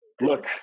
look